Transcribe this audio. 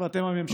אבל אתם הממשלה.